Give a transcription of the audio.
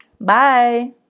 Bye